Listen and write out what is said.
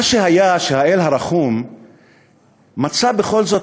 מה שהיה הוא שהאל הרחום מצא בכל זאת